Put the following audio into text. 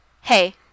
Hey